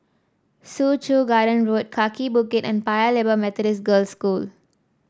Soo Chow Garden Road Kaki Bukit and Paya Lebar Methodist Girls' School